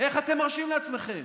איך אתם מרשים לעצמכם?